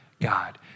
God